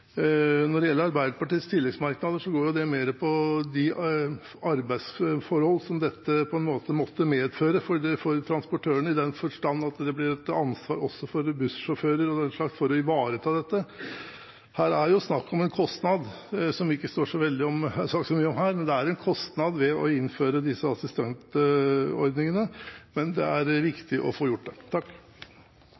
Når det gjelder Arbeiderpartiets tilleggsmerknader, går det mer på de arbeidsforhold som dette måtte medføre for transportørene, i den forstand at det blir et ansvar også for bussjåfører å ivareta dette. Her er det jo snakk om en kostnad som det ikke står så veldig mye om i innstillingen, men det er en kostnad ved å innføre disse assistentordningene. Det er